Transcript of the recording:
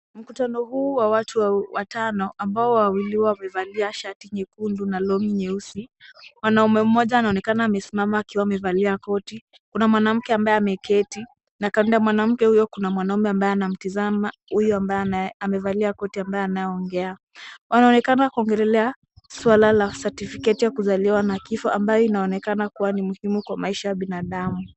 Mkutano huu wa watu watano, ambao wawili wamevalia shati nyekundu na longi nyeusi. Mwanaume mmoja anaonekana amesimama akiwa amevalia koti, kuna mwanamke ambaye ameketi, na kando ya mwanamke huyo, kuna mwanaume ambaye anamtizama huyu ambaye amevalia koti, ambaye anaongea. Wanaonekana kuongelea swala la certificate ya kuzaliwa na kifo, ambayo inaonekana kuwa ni muhimu kwa maisha ya binadamu.